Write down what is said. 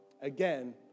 again